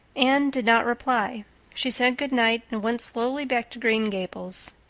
anne did not reply she said good night and went slowly back to green gables.